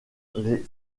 les